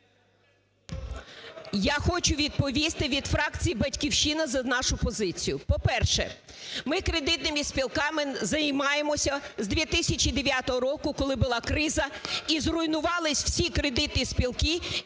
Я хочу відповісти від фракції "Батьківщина" нашу позицію. По-перше, ми кредитними спілками займаємось з 2009 року, коли була криза і зруйнувались всі кредитні спілки.